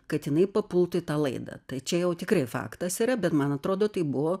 kad jinai papultų į tą laidą tai čia jau tikrai faktas yra bet man atrodo taip buvo